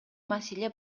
маселе